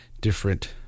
different